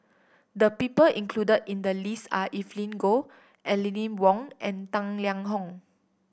the people included in the list are Evelyn Goh Aline Wong and Tang Liang Hong